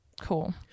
cool